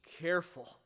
careful